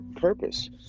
purpose